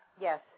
Yes